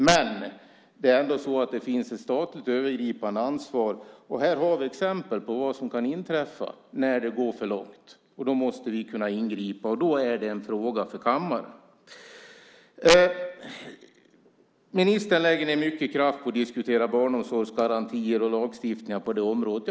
Men det är ändå så att det finns ett statligt övergripande ansvar, och här har vi exempel på vad som kan inträffa när det går för långt. Då måste vi kunna ingripa, och då är det en fråga för kammaren. Ministern lägger ned mycket kraft på att diskutera barnomsorgsgarantier och lagstiftning på det området.